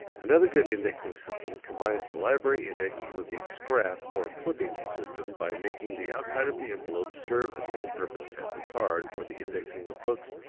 another good indexing system combines the library index with the scrap, or clipping, system by making the outside of the envelope serve the same purpose as the card for the indexing of books,